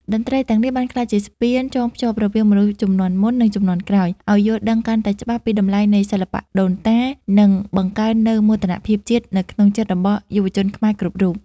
តន្ត្រីទាំងនេះបានក្លាយជាស្ពានចងភ្ជាប់រវាងមនុស្សជំនាន់មុន និងជំនាន់ក្រោយ ឱ្យយល់ដឹងកាន់តែច្បាស់ពីតម្លៃនៃសិល្បៈដូនតា និងបង្កើននូវមោទនភាពជាតិនៅក្នុងចិត្តរបស់យុវជនខ្មែរគ្រប់រូប។